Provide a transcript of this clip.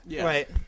right